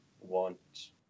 want